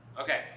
Okay